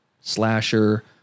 slasher